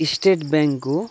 state ब्याङ्कको